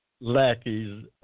lackeys